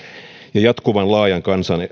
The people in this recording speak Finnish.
ja jatkuvan laajan